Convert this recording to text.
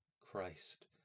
Christ